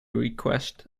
request